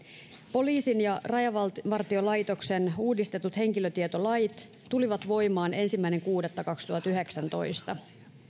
poliisin ja rajavartiolaitoksen uudistetut henkilötietolait tulivat voimaan ensimmäinen kuudetta kaksituhattayhdeksäntoista